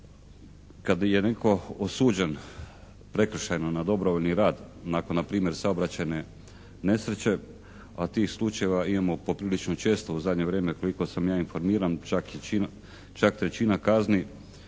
kad je netko osuđen prekršajno na dobrovoljni rad nakon npr. saobraćajne nesreće a tih slučajeva imamo poprilično često u zadnje vrijeme koliko sam ja informiran čak, trećina kazni